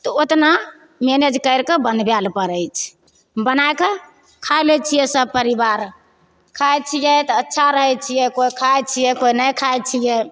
तऽ ओतना मेनैज करिके बनबय लए पड़य छै बनायके खाय लै छियै सब परिवार खाय छियै तऽ अच्छा रहय छियै कोइ खाय छियै कोइ नहि खाय छियै